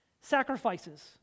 sacrifices